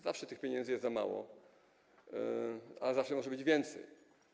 Zawsze tych pieniędzy jest za mało, zawsze może być więcej.